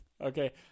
Okay